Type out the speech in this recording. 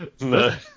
No